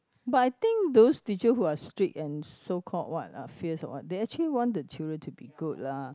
but I think those teacher who are strict and so called what uh fierce or what they actually want the children to be good lah